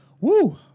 Woo